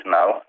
now